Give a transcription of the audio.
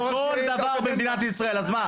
בכל דבר במדינת ישראל --- הם לא ראשי אקדמיה --- אז מה,